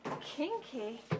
Kinky